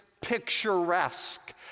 picturesque